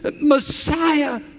Messiah